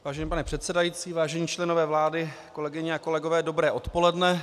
Vážený pane předsedající, vážení členové vlády, kolegyně a kolegové, dobré odpoledne.